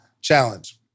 challenge